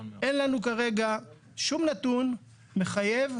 אין לנו כרגע שום נתון מחייב,